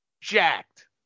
jacked